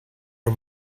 are